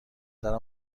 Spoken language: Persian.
دارم